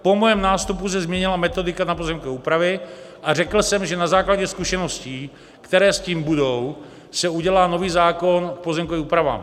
Po mém nástupu se změnila metodika na pozemkové úpravy a řekl jsem, že na základě zkušeností, které s tím budou, se udělá nový zákon k pozemkovým úpravám.